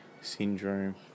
syndrome